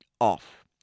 off